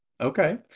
okay